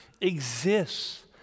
exists